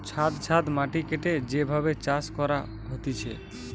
ছাদ ছাদ মাটি কেটে যে ভাবে চাষ করা হতিছে